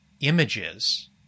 images